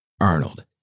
Arnold